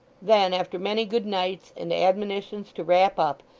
then, after many good nights, and admonitions to wrap up,